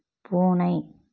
பூனை